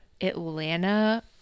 atlanta